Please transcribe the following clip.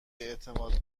اعتماد